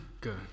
good